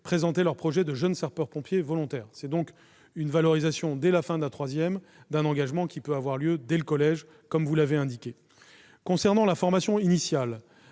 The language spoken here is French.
présenter leur projet de jeunes sapeurs-pompiers volontaires. Il s'agit donc d'une valorisation, dès la fin de la classe de troisième, d'un engagement qui peut avoir lieu dès le collège, comme vous-même l'avez indiqué. Concernant la formation initiale,